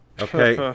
Okay